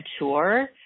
mature